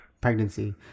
pregnancy